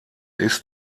ist